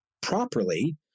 properly